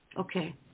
Okay